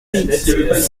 huit